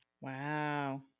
Wow